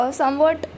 somewhat